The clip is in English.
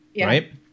right